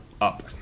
up